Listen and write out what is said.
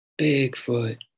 Bigfoot